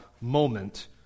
moment